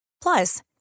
Plus